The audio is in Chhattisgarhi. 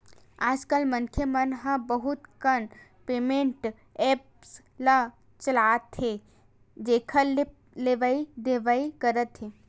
आजकल मनखे मन ह बहुत कन पेमेंट ऐप्स ल चलाथे जेखर ले लेवइ देवइ करत हे